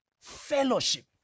Fellowship